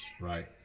right